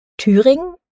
Thüringen